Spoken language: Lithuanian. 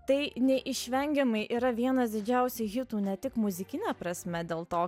tai neišvengiamai yra vienas didžiausių hitų ne tik muzikine prasme dėl to